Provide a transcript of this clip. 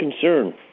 concern